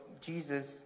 Jesus